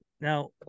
Now